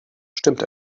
stimmt